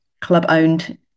club-owned